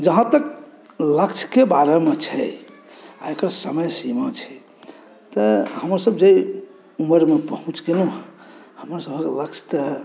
जहाँ तक लक्ष्यके बारेमे छै एकर समय सीमा छै तऽ हमरसभ जे उमरमे पहुँचि गेलहुॅं हँ हमरसभक लक्ष्य तऽ